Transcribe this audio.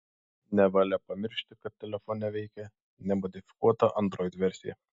nevalia pamiršti kad telefone veikia nemodifikuota android versija